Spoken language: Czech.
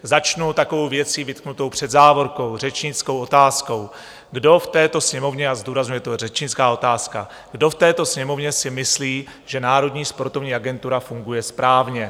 Začnu takovou věcí vytknutou před závorkou, řečnickou otázkou: Kdo v této Sněmovně a zdůrazňuji, že je to řečnická otázka kdo v této Sněmovně si myslí, že Národní sportovní agentura funguje správně?